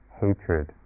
hatred